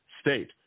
state